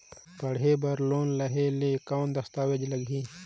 पढ़े बर लोन लहे ले कौन दस्तावेज लगही?